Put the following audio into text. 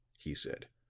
he said.